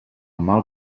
mal